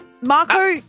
Marco